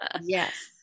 Yes